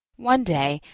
one day,